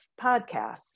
podcasts